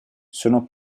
sono